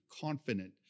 confident